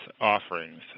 offerings